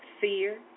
fear